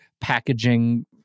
packaging